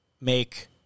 make